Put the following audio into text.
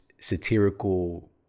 satirical